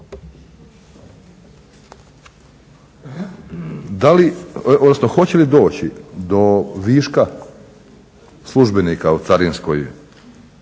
Da li, odnosno hoće li doći do viška službenika u carinskoj